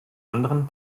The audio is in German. anderen